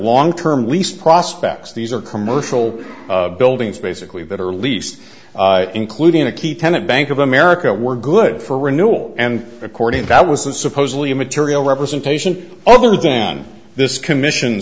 long term lease prospects these are commercial buildings basically that are least including a key tenet bank of america were good for renewal and according to that was a supposedly immaterial representation other than this commission